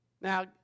Now